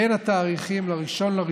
בין התאריכים 1 בינואר